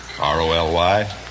R-O-L-Y